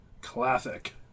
Classic